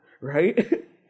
right